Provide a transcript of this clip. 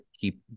keep